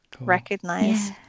recognize